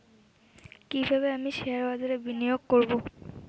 কিভাবে আমি শেয়ারবাজারে বিনিয়োগ করবে?